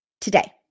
today